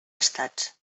estats